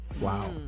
Wow